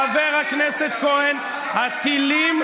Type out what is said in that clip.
חבר הכנסת כהן, הטילים,